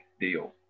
deal